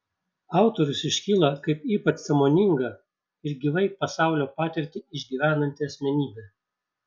autorius iškyla kaip ypač sąmoninga ir gyvai pasaulio patirtį išgyvenanti asmenybė